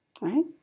Right